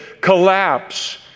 collapse